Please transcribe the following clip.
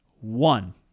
One